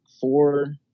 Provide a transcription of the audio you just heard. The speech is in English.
four